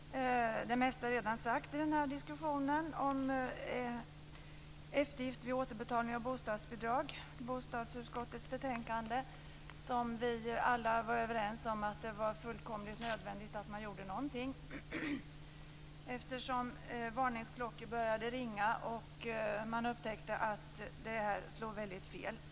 Fru talman! Det mesta är redan sagt i den här diskussionen om eftergift vid återbetalning av bostadsbidrag, som behandlas i bostadsutskottets betänkande. Vi var alla överens om att det var fullkomligt nödvändigt att göra någonting, eftersom varningsklockor började ringa och man upptäckte att det slog fel.